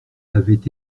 avaient